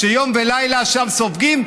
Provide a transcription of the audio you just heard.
שיום ולילה שם סופגים,